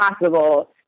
possible